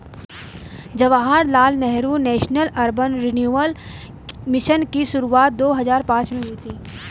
Jawaharlal Nehru national urban renewal mission की शुरुआत दो हज़ार पांच में हुई थी